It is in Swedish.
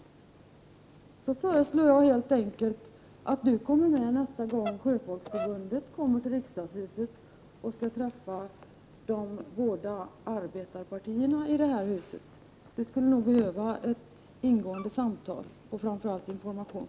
I så fall föreslår jag helt enkelt att Hugo Bergdahl följer med nästa gång Sjöfolksförbundet kommer till riksdagshuset för att träffa de båda arbetarpartierna. Hugo Bergdahl skulle nog behöva ingående samtal, och framför allt information.